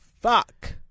Fuck